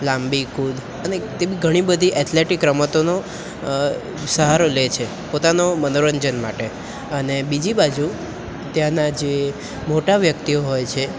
લાંબી કૂદ અને તે ઘણી બધી એટલેટીક રમતોનો સહારો લે છે પોતાનો મનોરંજન માટે અને બીજી બાજુ ત્યાંના જે મોટા વ્યક્તિઓ હોય છે